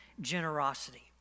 generosity